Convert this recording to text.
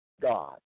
God